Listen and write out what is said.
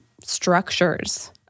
structures